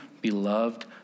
beloved